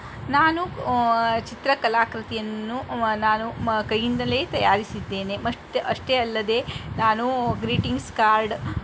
ನಾನು ಚಿತ್ರ ಕಲಾಕೃತಿಯನ್ನು ನಾನು ಮ ಕೈಯಿಂದಲೇ ತಯಾರಿಸಿದ್ದೇನೆ ಮತ್ತು ಅಷ್ಟೇ ಅಲ್ಲದೆ ನಾನು ಗ್ರೀಟಿಂಗ್ಸ್ ಕಾರ್ಡ್